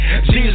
Jesus